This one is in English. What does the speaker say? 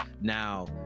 Now